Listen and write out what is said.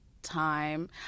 time